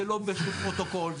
זה לא בשום פרוטוקול,